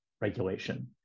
regulation